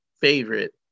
favorite